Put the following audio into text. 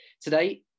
Today